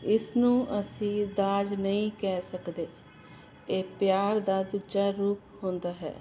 ਇਸ ਨੂੰ ਅਸੀਂ ਦਾਜ ਨਹੀਂ ਕਹਿ ਸਕਦੇ ਇਹ ਪਿਆਰ ਦਾ ਦੂਜਾ ਰੂਪ ਹੁੰਦਾ ਹੈ